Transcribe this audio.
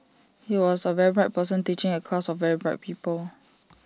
here was A very bright person teaching A class of very bright people